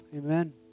Amen